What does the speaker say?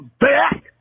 back